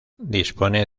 dispone